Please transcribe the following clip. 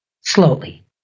slowly